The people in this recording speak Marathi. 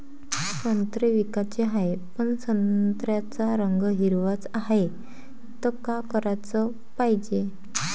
संत्रे विकाचे हाये, पन संत्र्याचा रंग हिरवाच हाये, त का कराच पायजे?